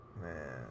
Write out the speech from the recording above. man